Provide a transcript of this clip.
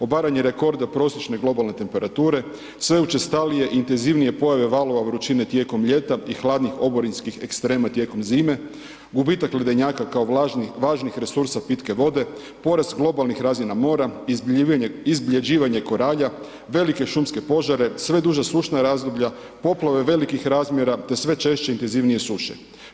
Obaranje rekorda prosječne prosječne globalne temperature, sve učestalije i intenzivnije pojave valova vrućine tijekom ljeta i hladnih oborinskih ekstrema tijekom zime, gubitak ledenjaka kao važnih resursa pitke vode, porast globalnih razina mora, izbljeđivanje koralja velike šumske požare, sve duža sušna razdoblja, poplave velikih razmjera te sve češće i intenzivnije suše.